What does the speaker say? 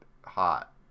hot